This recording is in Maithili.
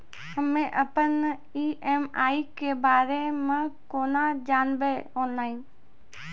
हम्मे अपन ई.एम.आई के बारे मे कूना जानबै, ऑनलाइन?